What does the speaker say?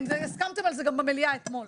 הסכמתם על זה גם במליאה אתמול.